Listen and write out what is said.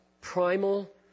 primal